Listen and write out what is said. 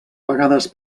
vegades